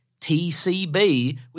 TCB